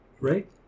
right